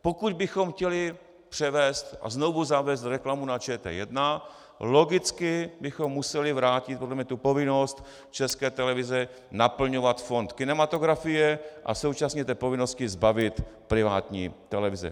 Pokud bychom chtěli převést a znovu zavést reklamu na ČT 1, logicky bychom museli vrátit podle mne tu povinnost České televize naplňovat fond kinematografie a současně té povinnosti zbavit privátní televize.